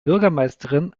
bürgermeisterin